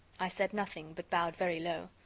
i said nothing, but bowed very low.